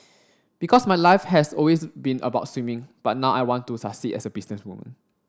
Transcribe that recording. because my life has always been about swimming but now I want to succeed as a businesswoman